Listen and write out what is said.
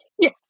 Yes